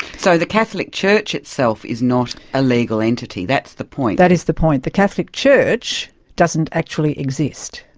so the catholic church itself is not a legal entity, that's the point. that is the point. the catholic church doesn't actually exist,